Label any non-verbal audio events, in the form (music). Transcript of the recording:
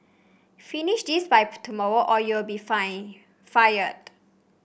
finish this by (unintelligible) tomorrow or you'll be fine fired